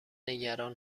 نگران